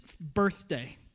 birthday